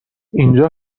اینجا